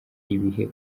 ibihe